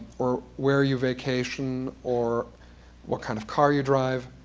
or where you vacation or what kind of car you drive.